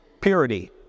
purity